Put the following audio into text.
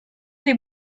des